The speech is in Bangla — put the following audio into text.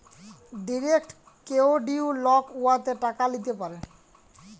ডিরেক্ট কেরডিট লক উয়াতে টাকা ল্যিতে পারে